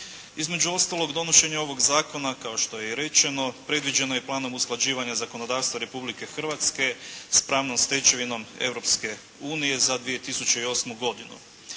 Između ostalog donošenje ovog zakona kao što je i rečeno predviđeno je planom usklađivanja zakonodavstva Republike Hrvatske s pravnom stečevinom Europske unije za 2008. godinu.